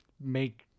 make